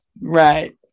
Right